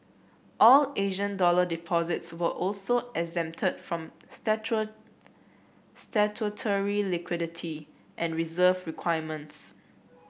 all Asian dollar deposits were also exempted from statutory liquidity and reserve requirements